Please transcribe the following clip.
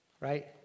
Right